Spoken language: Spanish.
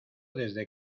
desde